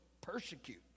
persecute